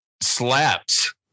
slaps